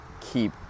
keep